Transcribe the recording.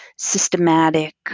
systematic